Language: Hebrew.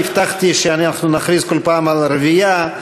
הבטחתי שאנחנו נכריז בכל פעם על רביעייה,